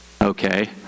okay